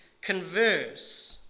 converse